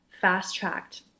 fast-tracked